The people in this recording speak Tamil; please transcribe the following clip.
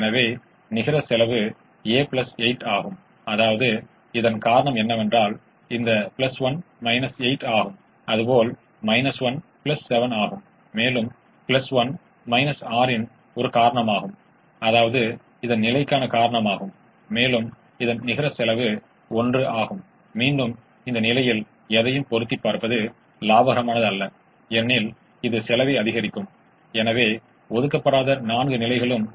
எனவே Y1 10 Y2 10 என்பது 30 40 70 அதாவது 10 30 பிளஸ் 30 60 இது 9 1010 ≥ 0 ஆகையால் மதிப்பு 210 240 ஆக இருக்கும் இது 450 ஆகும் எனவே இதற்கு 450 கிடைக்கும்